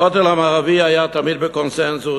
הכותל המערבי היה תמיד בקונסנזוס,